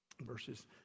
verses